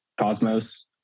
Cosmos